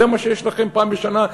זה מה שיש לכם פעם בשנה,